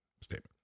statement